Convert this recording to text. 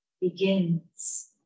begins